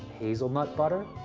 hazelnut butter,